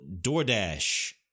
DoorDash